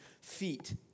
feet